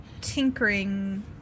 tinkering